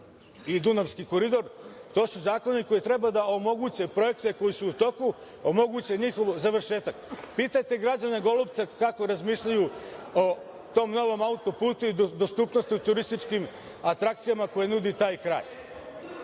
Dunavski koridor, to su zakoni koji treba da omoguće projekte koji su u toku, omoguće njihov završetak. Pitajte građane Golubca kako razmišljaju o tom novom auto-putu i dostupnosti turističkim atrakcijama koje nudi taj